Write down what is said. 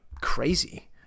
crazy